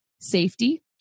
safety